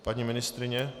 Paní ministryně?